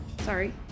Sorry